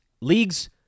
Leagues